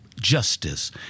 justice